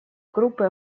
группы